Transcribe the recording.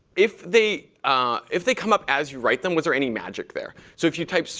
if they if they come up as you write them, was there any magic there? so if you type, so